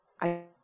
I-